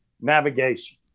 navigation